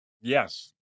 Yes